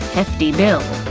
hefty bill.